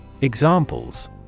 Examples